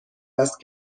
است